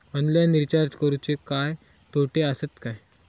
Online recharge करुचे काय तोटे आसत काय?